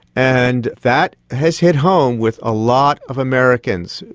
and that has hit home with a lot of americans.